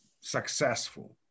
successful